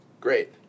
Great